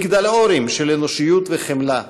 מגדלורים של אנושיות וחמלה,